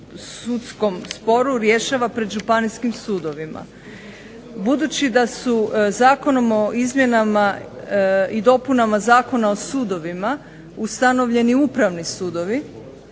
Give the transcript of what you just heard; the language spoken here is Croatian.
sudskom sporu rješava pred županijskim sudovima. Budući da su Zakonom o izmjenama i dopunama zakona o sudovima ustanovljeni upravni sudovi